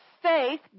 Faith